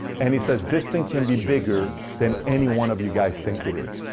and he says, this thing can be bigger than any one of you guys think it is.